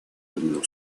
одну